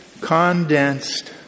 condensed